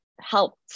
helped